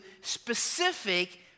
specific